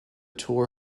tour